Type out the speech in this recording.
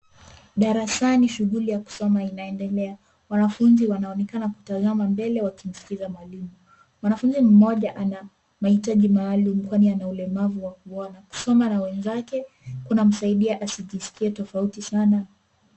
Darasani shughuli ya kusoma inaendelea. Wanafunzi wanaonekana kutazama mbele wakimsikiza mwalimu. Mwanafunzi mmoja ana mahitaji maalum kwani ana ulemavu wa kuona. Kusoma na wenzake kunamsaidia asijiskie tofauti sana.